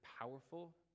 powerful